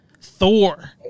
Thor